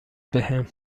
بهم